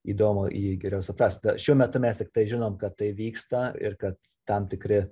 įdomu jį geriau suprast šiuo metu mes tiktai žinom kad tai vyksta ir kad tam tikri